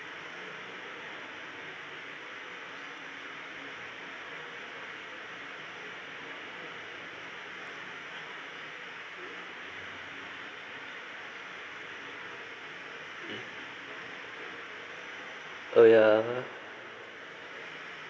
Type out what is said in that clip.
oh yeah